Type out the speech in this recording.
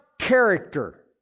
character